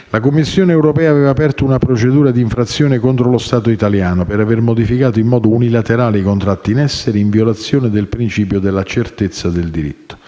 la Commissione europea aveva aperto una procedura di infrazione contro lo Stato italiano per aver modificato in modo unilaterale i contratti in essere in violazione del principio della certezza del diritto.